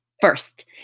First